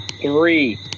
Three